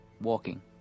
walking